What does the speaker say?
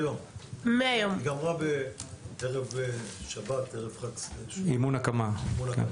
היא גמרה בערב חג אימון הקמה.